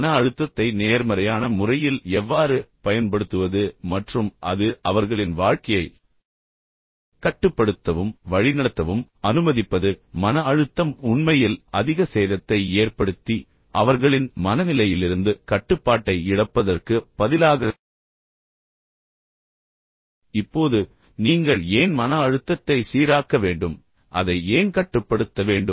மன அழுத்தத்தை நேர்மறையான முறையில் எவ்வாறு பயன்படுத்துவது மற்றும் அது அவர்களின் வாழ்க்கையை கட்டுப்படுத்தவும் வழிநடத்தவும் அனுமதிப்பது மன அழுத்தம் உண்மையில் அதிக சேதத்தை ஏற்படுத்தி அவர்களின் மனநிலையிலிருந்து கட்டுப்பாட்டை இழப்பதற்கு பதிலாக இப்போது நீங்கள் ஏன் மன அழுத்தத்தை சீராக்க வேண்டும் அதை ஏன் கட்டுப்படுத்த வேண்டும்